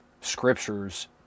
scriptures